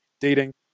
dating